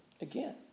again